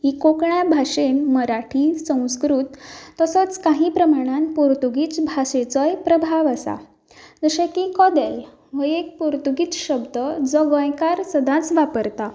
ही कोंकणी भाशेंत मराठी संस्कृत तसोच कांय प्रमाणांत पोर्तुगेज भाशेचोय प्रभाव आसा जशें की कदेल हो एक पुर्तुगीज शब्द जो गोंयकार सदांच वापरता